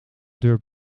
deur